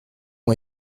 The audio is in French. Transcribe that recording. ont